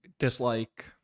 dislike